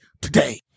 today